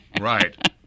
Right